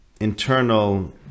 internal